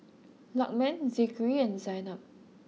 Lukman Zikri and Zaynab